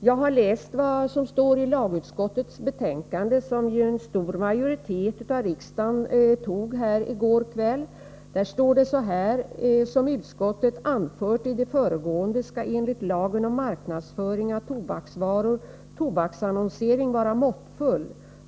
Jag har läst vad som står i lagutskottets betänkande, vilket en stor majoritet i riksdagen antog i går kväll. Där står det: ”Som utskottet anfört i det föregående skall enligt lagen om marknadsföring av tobaksvaror tobaksannonsering vara måttfull.